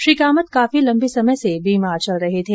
श्री कामत काफी लम्बे समय से बीमार चल रहे थे